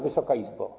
Wysoka Izbo!